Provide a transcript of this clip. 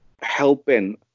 helping